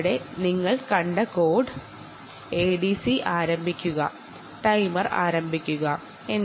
അവിടെ നിങ്ങൾ കണ്ട കോഡ് എഡിസി ആരംഭിക്കും ടൈമർ ആരംഭിക്കാനുമുള്ളതാണ്